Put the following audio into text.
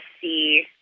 see